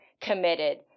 committed